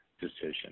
decision